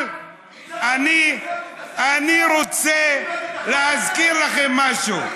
אבל אני רוצה להזכיר לכם משהו,